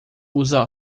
usa